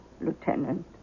Lieutenant